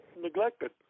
neglected